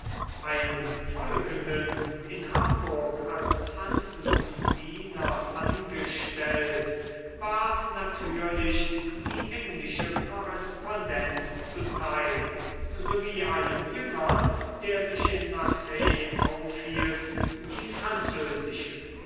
einem folgenden in hamburg als handlungsdiener angestellt ward natürlich die englische korrespondenz zuteil so wie einem jüngern der sich in marseille aufhielt die französische